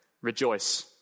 rejoice